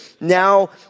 Now